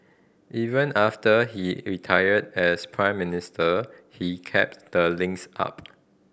even after he retired as Prime Minister he kept the links up